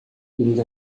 இந்த